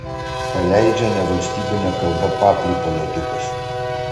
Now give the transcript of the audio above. paleidžia nevalstybine kalba papliūpą juodukas